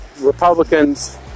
Republicans